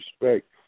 respect